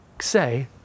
say